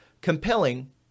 compelling